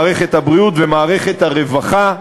מערכת הבריאות ומערכת הרווחה,